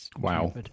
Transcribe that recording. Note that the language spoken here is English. Wow